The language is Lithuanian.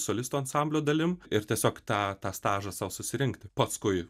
solistų ansamblio dalim ir tiesiog tą tą stažą sau susirinkti paskui